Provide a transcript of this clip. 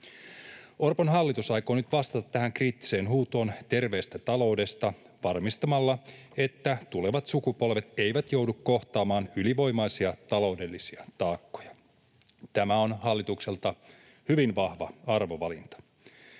Orpon hallitus aikoo nyt vastata tähän kriittiseen huutoon terveestä taloudesta varmistamalla, että tulevat sukupolvet eivät joudu kohtaamaan ylivoimaisia taloudellisia taakkoja. Tämä on hallitukselta hyvin vahva arvovalinta.